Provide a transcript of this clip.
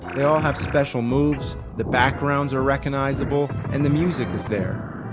they all have special moves, the backgrounds are recognizable and the music is there.